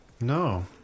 No